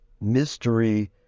Mystery